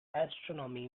astronomy